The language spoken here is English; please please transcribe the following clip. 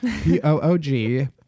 P-O-O-G